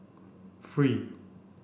three